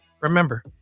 Remember